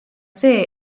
see